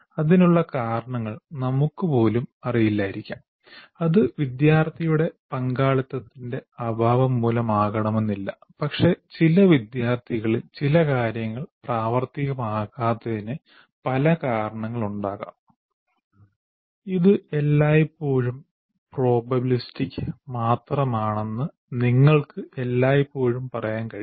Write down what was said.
അതിനുള്ള കാരണങ്ങൾ നമുക്ക് പോലും അറിയില്ലായിരിക്കാം അത് വിദ്യാർത്ഥിയുടെ പങ്കാളിത്തത്തിന്റെ അഭാവം മൂലമാകണമെന്നില്ല പക്ഷേ ചില വിദ്യാർത്ഥികളിൽ ചില കാര്യങ്ങൾ പ്രാവർത്തികം ആകാത്തതിന് പല കാരണങ്ങൾ ഉണ്ടാകാം ഇത് എല്ലായ്പ്പോഴും പ്രോബബിലിസ്റ്റിക് മാത്രമാണെന്ന് നിങ്ങൾക്ക് എല്ലായ്പ്പോഴും പറയാൻ കഴിയും